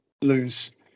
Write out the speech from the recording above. lose